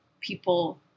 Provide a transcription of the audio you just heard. people